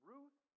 Ruth